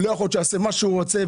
לא יכול להיות שהוא יעשה מה שהוא רוצה.